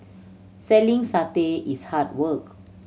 selling satay is hard work